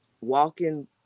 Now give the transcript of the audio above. walking